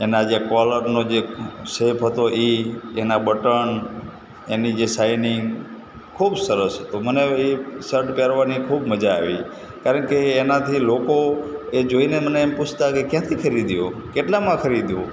એના જે કૉલરનો જે સેપ હતો એ એનાં બટન એની જે સાઇનિંગ ખૂબ સરસ મને એ સર્ટ પહેરવાની ખૂબ મજા આવી કારણ કે એનાથી લોકો એ જોઇને મને એમ પૂછતાં કે ક્યાંથી ખરીદ્યો કેટલામાં ખરીદ્યો